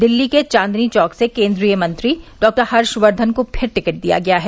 दिल्ली के चांदनी चौक से केन्द्रीय मंत्री डॉक्टर हर्षक्धन को फिर टिकट दिया गया है